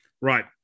Right